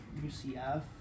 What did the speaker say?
UCF